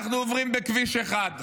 אנחנו עוברים בכביש 1,